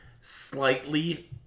slightly